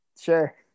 Sure